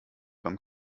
beim